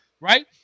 Right